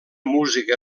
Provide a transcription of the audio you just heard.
música